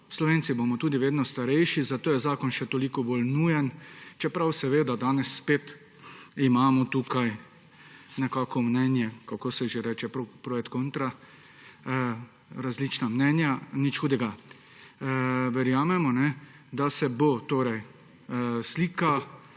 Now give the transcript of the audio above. Slovenci bomo tudi vedno starejši, zato je zakon še toliko bolj nujen, čeprav danes spet imamo tukaj nekako mnenje, kako se že reče, pro et contra, različna mnenja. Nič hudega. Verjamemo, da se bo slika